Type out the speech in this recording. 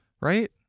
right